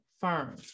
firm